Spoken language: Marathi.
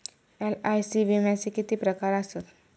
एल.आय.सी विम्याचे किती प्रकार आसत?